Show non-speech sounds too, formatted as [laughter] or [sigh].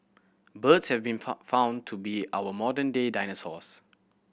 birds have been [unintelligible] found to be our modern day dinosaurs